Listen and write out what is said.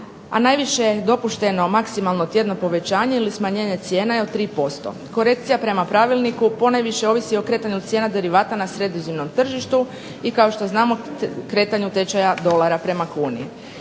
a najviše dopušteno maksimalno tjedno povećanje ili smanjenje cijena je od 3%. Korekcija prema pravilniku ponajviše ovisi o kretanju cijena derivata na sredozemnom tržištu, i kao što znamo kretanju tečaja dolara prema kuni.